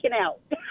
out